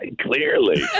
Clearly